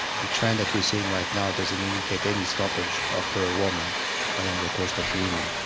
the trend that we're seeing right now doesn't indicate any stoppage of the warming along the coast of greenland.